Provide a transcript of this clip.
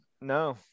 no